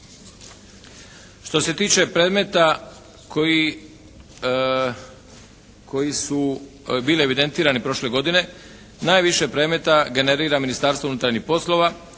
Što se tiče predmeta koji su bili evidentirani prošle godine najviše predmeta generira Ministarstvo unutarnjih poslova,